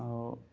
ଆଉ